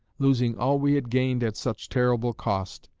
losing all we had gained at such terrible cost,